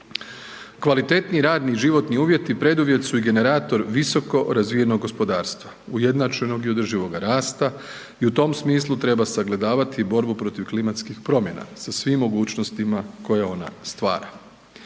Kvalitetni radni i životni uvjeti preduvjet su i generator visoko razvijenog gospodarstva, ujednačenog i održivoga rasta i u tom smislu treba sagledavati i borbu protiv klimatskih promjena sa svim mogućnostima koje ona stvara.